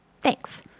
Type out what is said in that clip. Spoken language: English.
Thanks